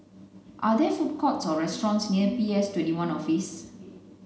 are there food courts or restaurants near P S twenty one Office